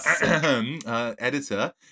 editor